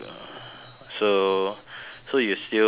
so so you still uh